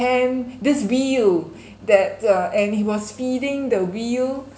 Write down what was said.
hand this wheel that uh and he was spinning the wheel